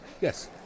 Yes